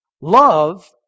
Love